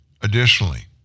Additionally